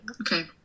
okay